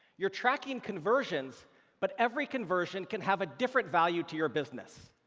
you're tracking conversions but every conversion can have a different value to your business.